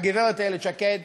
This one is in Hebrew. הגברת איילת שקד,